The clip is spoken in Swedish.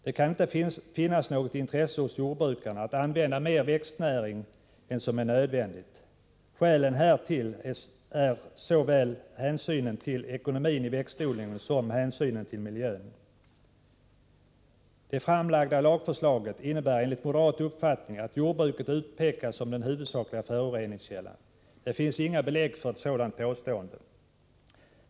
Det kan inte finnas något intresse hos jordbrukarna att använda mer växtnäring än vad som är nödvändigt. Skälen härtill är såväl hänsynen till ekonomin i växtodlingen som hänsynen till miljön. Det framlagda lagförslaget innebär enligt moderat uppfattning att jordbruket utpekas som den huvudsakliga föroreningskällan. Det finns inga belägg för ett sådant påstående.